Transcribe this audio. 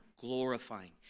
glorifying